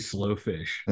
Slowfish